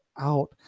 out